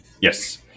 Yes